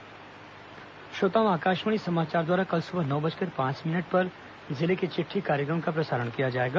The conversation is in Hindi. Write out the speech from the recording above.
जिले की चिट़ठी श्रोताओं आकाशवाणी समाचार द्वारा कल सुबह नौ बजकर पांच मिनट पर जिले की चिट्ठी कार्यक्रम का प्रसारण किया जाएगा